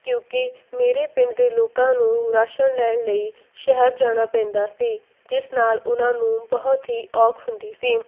ਕਿਉਂਕਿ ਮੇਰੇ ਪਿੰਡ ਦੇ ਲੋਕਾਂ ਨੂੰ ਰਾਸ਼ਨ ਲੈਣ ਲਈ ਸ਼ਹਿਰ ਜਾਣਾ ਪੈਂਦਾ ਸੀ ਜਿਸ ਨਾਲ ਉਹਨਾਂ ਨੂੰ ਬਹੁਤ ਹੀ ਔਖ ਹੁੰਦੀ ਸੀ